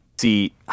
See